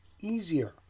easier